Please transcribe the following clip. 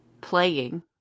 playing